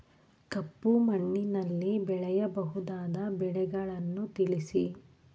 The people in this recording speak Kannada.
ಕಪ್ಪು ಮಣ್ಣಿನಲ್ಲಿ ಬೆಳೆಯಬಹುದಾದ ಬೆಳೆಗಳನ್ನು ತಿಳಿಸಿ?